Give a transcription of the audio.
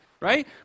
right